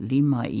Lima